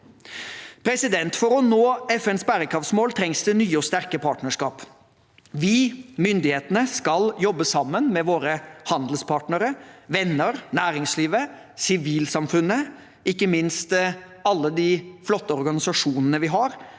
globalisering. For å nå FNs bærekraftsmål trengs det nye og sterke partnerskap. Vi, myndighetene, skal jobbe sammen med våre handelspartnere, venner, næringslivet og sivilsamfunnet, ikke minst alle de flotte organisasjonene vi har,